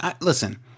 listen